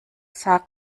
sah